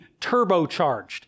turbocharged